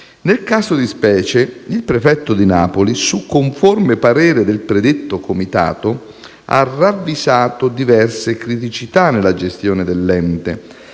Nel caso di specie il prefetto di Napoli, su conforme parere del predetto Comitato, ha ravvisato diverse criticità nella gestione dell'ente,